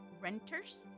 renters